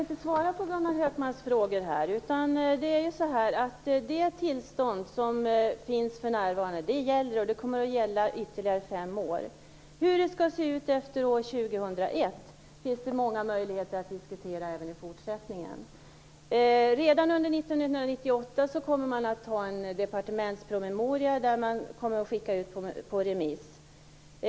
Fru talman! Jag tänker inte svara på Gunnar Hökmarks frågor. Det tillstånd som för närvarande finns gäller, och det kommer att gälla ytterligare fem år. Hur det skall se ut efter år 2001 finns det många möjligheter att diskutera även i fortsättningen. Redan under 1998 kommer en departementspromemoria att skickas ut på remiss.